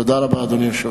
תודה רבה, אדוני היושב-ראש.